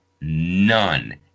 none